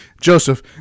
Joseph